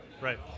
Right